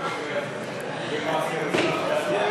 במשרד האוצר,